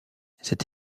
cette